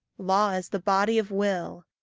law is the body of will,